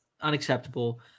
Unacceptable